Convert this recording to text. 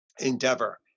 endeavor